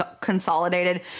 consolidated